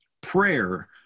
Prayer